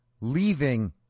leaving